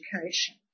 education